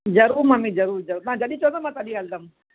ज़रूरु मम्मी ज़रूरु जरू तव्हां जॾहिं चवंदा मां तॾहिं हलंदमि